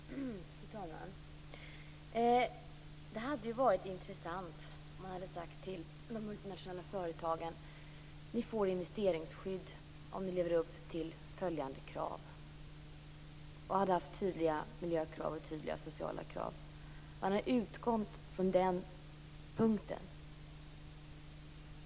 Fru talman! Det hade varit intressant om man hade sagt till de multinationella företagen att de får investeringsskydd om de lever upp till vissa tydliga miljökrav och tydliga sociala krav. Det hade varit bra om man hade utgått från den punkten.